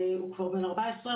הוא כבר בן 14,